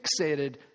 fixated